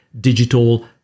digital